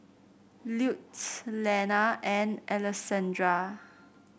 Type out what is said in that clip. Lutes Lenna and Alessandra